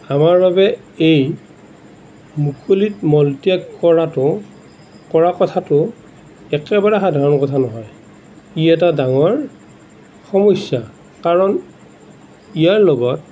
আমাৰ বাবে এই মুকলিত মলত্যাগ কৰাটো কৰা কথাটো একেবাৰে সাধাৰণ কথা নহয় ই এটা ডাঙৰ সমস্যা কাৰণ ইয়াৰ লগত